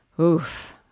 Oof